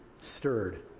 stirred